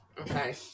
Okay